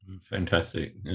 Fantastic